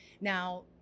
Now